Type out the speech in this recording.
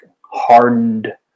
hardened